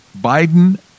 Biden